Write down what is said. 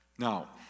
Now